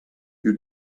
you